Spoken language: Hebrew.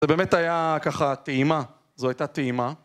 זה באמת היה ככה טעימה, זו הייתה טעימה.